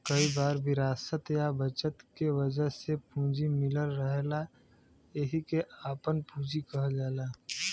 कई बार विरासत या बचत के वजह से पूंजी मिलल रहेला एहिके आपन पूंजी कहल जाला